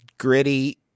Gritty